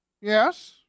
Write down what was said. Yes